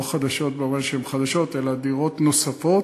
לא חדשות במובן שהן חדשות אלא דירות נוספות,